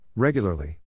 Regularly